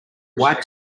white